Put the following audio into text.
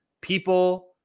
people